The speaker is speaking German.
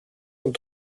und